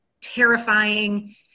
terrifying